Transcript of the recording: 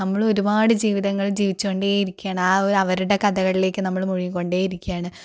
നമ്മള് ഒരുപാട് ജീവിതങ്ങള് ജീവിച്ചുകൊണ്ടേ ഇരിക്കുകയാണ് ആ ഒരു അവരുടെ കഥകളിലേക്ക് നമ്മള് മുഴുകി കൊണ്ട് ഇരിക്കുകയാണ്